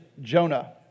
Jonah